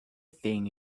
think